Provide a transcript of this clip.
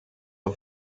are